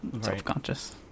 self-conscious